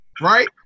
right